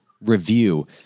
review